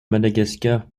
madagascar